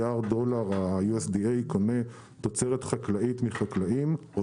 ה-USDA קונה תוצרת חקלאית מחקלאים ב-70 מיליארד דולר,